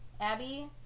Abby